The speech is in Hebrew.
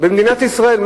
במדינת ישראל?